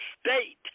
state